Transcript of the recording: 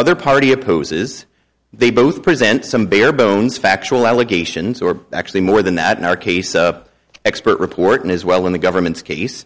other party opposes they both present some bare bones factual allegations or actually more than that in our case the expert report as well in the government's case